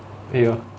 eh ya